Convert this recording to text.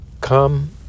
come